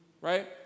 right